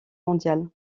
mondiale